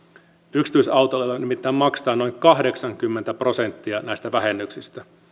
yksityisautoilijoille nimittäin maksetaan noin kahdeksankymmentä prosenttia näistä vähennyksistä